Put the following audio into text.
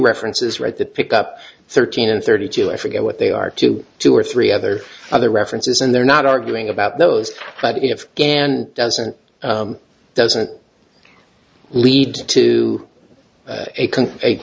references right that picked up thirteen and thirty two i forget what they are two two or three other other references and they're not arguing about those but if again doesn't doesn't lead to a